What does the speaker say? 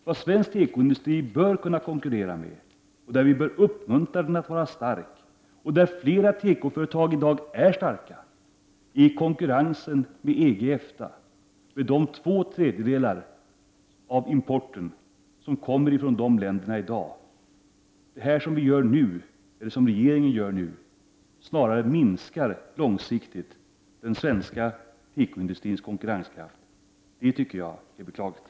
Vad svensk tekoindustri bör konkurrera med är EG-EFTA-länderna, och där bör vi uppmuntra den att vara stark, vilket flera tekoföretag redan är i dag. Två tredjedelar av importen kommer från dessa länder i dag. Den politik som regeringen bedriver nu snarare minskar den svenska tekoindustrins konkurrenskraft långsiktigt. Det tycker jag är beklagligt.